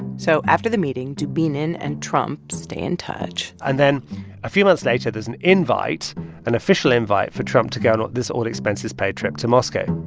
so after the meeting, dubinin and trump stay in touch and then a few months later, there's an invite an official invite for trump to go on this all-expenses-paid trip to moscow